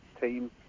team